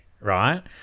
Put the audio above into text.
Right